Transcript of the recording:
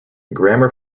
grammer